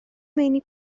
meini